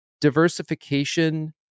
diversification